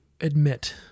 admit